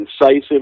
incisive